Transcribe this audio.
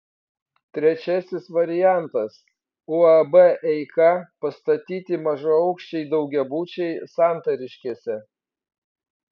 trečiasis variantas uab eika pastatyti mažaaukščiai daugiabučiai santariškėse